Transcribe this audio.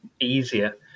easier